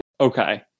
okay